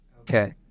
Okay